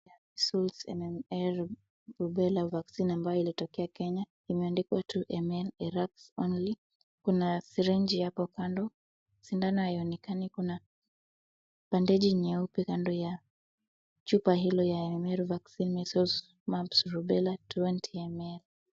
Measles MR rubella vaccine ambayo ilitokea Kenya. Imeandikwa two ML Irox only . Kuna syringe hapo kando. Sindano haionekani. Kuna bandeji nyeupe kando ya chupa hilo ya ML vaccine measles mumps rubella twenty ML .